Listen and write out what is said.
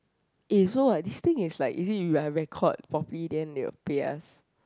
eh so what this thing is like is it you are record properly then they will pay us